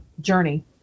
journey